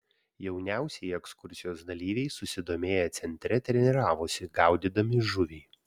jauniausieji ekskursijos dalyviai susidomėję centre treniravosi gaudydami žuvį